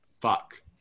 fuck